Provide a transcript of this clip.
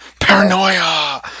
paranoia